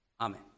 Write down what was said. amen